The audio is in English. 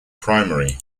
primary